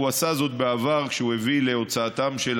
הוא עשה זאת בעבר כשהוא הביא להוצאתם של